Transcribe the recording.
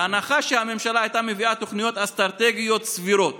בהנחה שהממשלה הייתה מביאה תוכניות אסטרטגיות סבירות